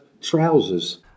trousers